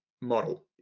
model